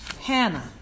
Hannah